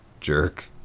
Jerk